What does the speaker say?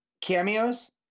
cameos